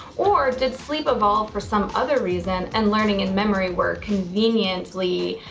or did sleep evolve for some other reason and learning and memory were conveniently